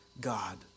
God